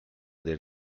del